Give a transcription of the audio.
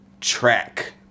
track